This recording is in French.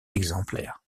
exemplaires